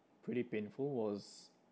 pretty painful was